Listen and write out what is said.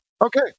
Okay